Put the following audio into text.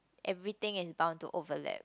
everything is bound to overlap